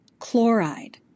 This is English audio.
chloride